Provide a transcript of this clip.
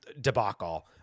debacle